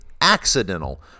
accidental